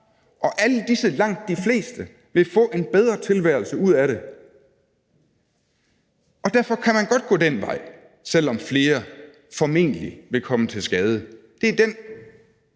Og alle disse, langt de fleste, vil få en bedre tilværelse ud af det. Derfor kan man godt gå den vej, selv om flere formentlig vil komme til skade. Det er den